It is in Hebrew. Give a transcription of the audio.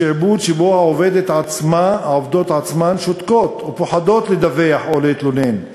שעבוד שבו העובדות עצמן שותקות או פוחדות לדווח או להתלונן,